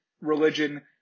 religion